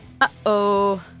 Uh-oh